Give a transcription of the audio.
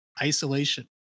isolation